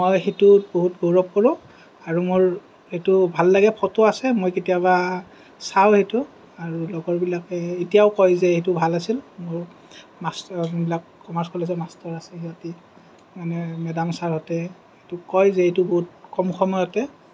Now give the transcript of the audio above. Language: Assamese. মই সেইটো বহুত গৌৰৱ কৰোঁ আৰু মোৰ এইটো ভাল লাগে ফটো আছে মই কেতিয়াবা চাওঁ সেইটো আৰু লগৰবিলাকে এতিয়াও কয় যে সেইটো ভাল আছিল আৰু মাষ্টৰবিলাক কমাৰ্চ কলেজৰ মাষ্টৰ আছে সিহঁতি মানে মেডাম ছাৰহঁতে কয় যে এইটো বহুত কম সময়তে